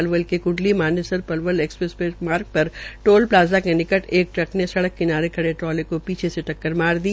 पलवल के क्डली Manesar Palwal expressway मार्गपर टोल प्लाजा के निकट एक ट्रक ने सड़क किनाने खड़े ट्रोल को पीछे से टककर मार दी